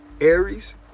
Aries